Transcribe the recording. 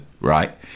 right